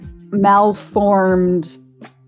malformed